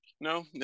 No